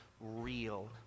real